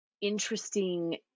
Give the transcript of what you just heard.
interesting